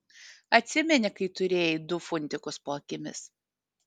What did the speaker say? atsimeni kai turėjai du funtikus po akimis